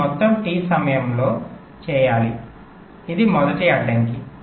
ఇది మొత్తం T సమయం లో చేయాలి ఇది మొదటి అడ్డంకి